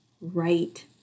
right